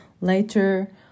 later